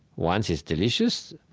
once, it's delicious.